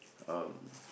um